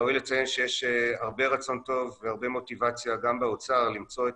ראוי לציין שיש הרבה רצון טוב והרבה מוטיבציה גם באוצר למצוא את